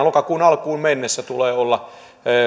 lokakuun alkuun mennessä tulee olla